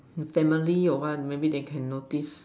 family or what maybe they can notice